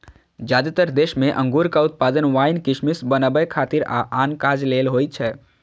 जादेतर देश मे अंगूरक उत्पादन वाइन, किशमिश बनबै खातिर आ आन काज लेल होइ छै